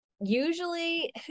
usually